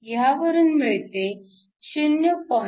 ह्यावरून मिळते 0